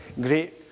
great